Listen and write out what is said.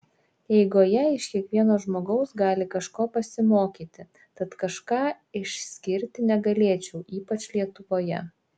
eigoje iš kiekvieno žmogaus gali kažko pasimokyti tad kažką išskirti negalėčiau ypač lietuvoje